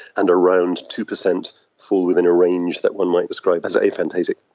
and around two percent fall within a range that one might describe as aphantasic.